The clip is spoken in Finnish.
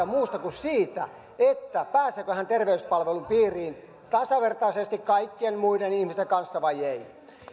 muusta kuin siitä pääseekö hän terveyspalveluiden piiriin tasavertaisesti kaikkien muiden ihmisten kanssa vai ei